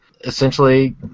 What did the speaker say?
essentially